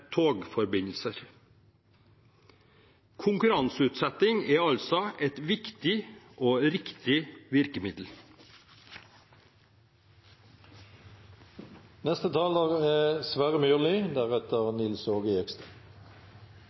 togforbindelser. Konkurranseutsetting er altså et viktig og riktig